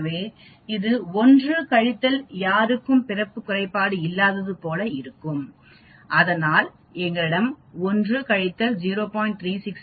ஆகவே இது 1 கழித்தல் யாருக்கும் பிறப்பு குறைபாடு இல்லாதது போல இருக்கும் அதனால்தான் எங்களிடம் 1 கழித்தல் 0